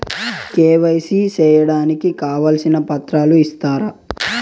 KYC సేయడానికి కావాల్సిన పత్రాలు ఇస్తారా?